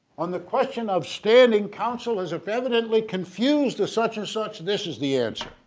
on the question of standing counsel is if evidently confused as such as such this is the answer.